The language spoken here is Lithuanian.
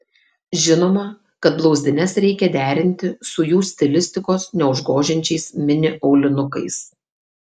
žinoma kad blauzdines reikia derinti su jų stilistikos neužgožiančiais mini aulinukais